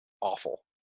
awful